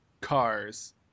cars